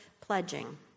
pledging